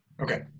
Okay